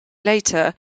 later